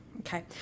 Okay